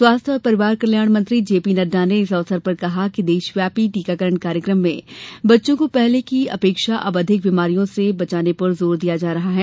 स्वास्थ और परिवार कल्याण मंत्री जेपी नड्डा ने इस अवसर पर कहा कि देशव्यापी टीकाकरण कार्यक्रम में बच्चों को पहले की अपेक्षा अब अधिक बीमारियों से बचाने पर जोर दिया जा रहा है